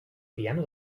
piano